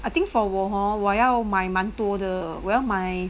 I think for 我 hor 我要买蛮多得我要买